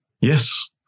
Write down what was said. Yes